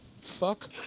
Fuck